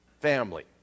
family